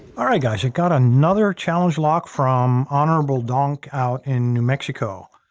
all right, guys. we got another challenge lock from honorable donk out in new mexico.